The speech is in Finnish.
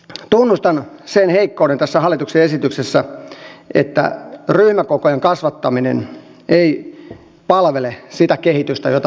tunnustan sen heikkouden tässä hallituksen esityksessä että ryhmäkokojen kasvattaminen ei palvele sitä kehitystä jota me tavoittelemme